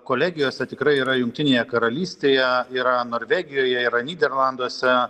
kolegijose tikrai yra jungtinėje karalystėje yra norvegijoje yra nyderlanduose